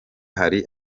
hari